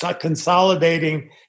consolidating